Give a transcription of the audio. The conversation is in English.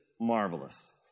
marvelous